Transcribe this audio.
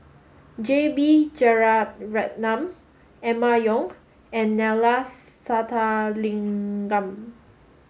J B Jeyaretnam Emma Yong and Neila Sathyalingam